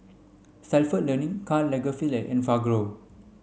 Stalford Learning Karl Lagerfeld Enfagrow